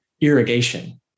irrigation